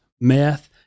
meth